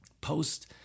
Post